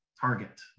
target